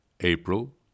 April